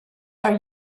are